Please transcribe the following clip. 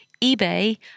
eBay